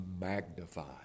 magnified